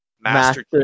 Master